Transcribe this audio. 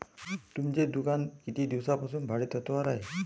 तुमचे दुकान किती दिवसांपासून भाडेतत्त्वावर आहे?